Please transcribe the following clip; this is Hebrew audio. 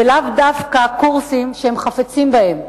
ולאו דווקא לקורסים שהם חפצים בהם.